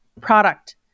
product